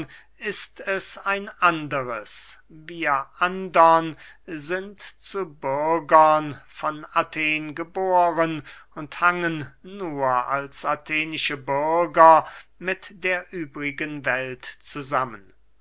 ist es ein anderes wir andern sind zu bürgern von athen geboren und hangen nur als athenische bürger mit der übrigen welt zusammen